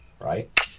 right